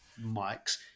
mics